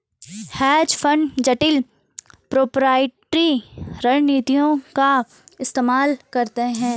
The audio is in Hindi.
हेज फंड जटिल प्रोपराइटरी रणनीतियों का इस्तेमाल करते हैं